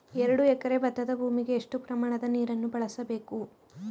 ಎರಡು ಎಕರೆ ಭತ್ತದ ಭೂಮಿಗೆ ಎಷ್ಟು ಪ್ರಮಾಣದ ನೀರನ್ನು ಬಳಸಬೇಕು?